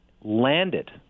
landed